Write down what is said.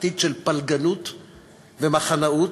עתיד של פלגנות ומחנאות,